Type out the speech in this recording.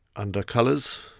under colours,